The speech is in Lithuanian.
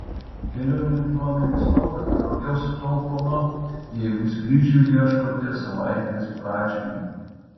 kelionių duomenys rodo kad daugiau sutaupoma jeigu skrydžių ieškote savaitės pradžioje